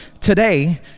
Today